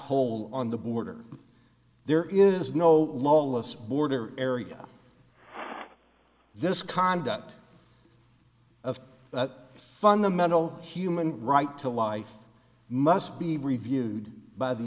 hole on the border there is no longer us border area this conduct of that fundamental human right to life must be reviewed by the